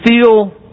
feel